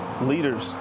leaders